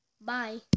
Bye